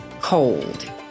cold